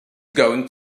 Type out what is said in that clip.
going